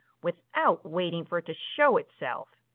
without waiting for it to show itself.